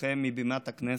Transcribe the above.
אתכם מבימת הכנסת.